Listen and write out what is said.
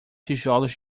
tijolos